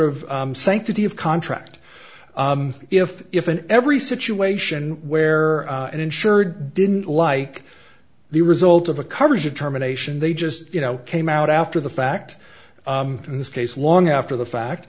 of sanctity of contract if if in every situation where an insured didn't like the result of a coverage a determination they just you know came out after the fact in this case long after the fact